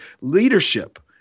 Leadership